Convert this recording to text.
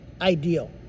ideal